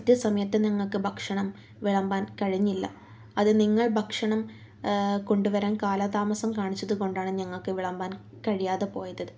കൃത്യസമയത്ത് ഞങ്ങൾക്ക് ഭക്ഷണം വിളമ്പാൻ കഴിഞ്ഞില്ല അത് നിങ്ങൾ ഭക്ഷണം കൊണ്ടുവരാൻ കാലതാമസം കാണിച്ചത് കൊണ്ടാണ് ഞങ്ങൾക്ക് വിളമ്പാൻ കഴിയാതെ പോയത്